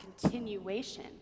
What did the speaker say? continuation